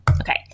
Okay